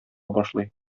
башлый